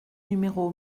numéro